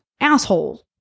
asshole